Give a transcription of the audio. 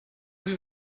sie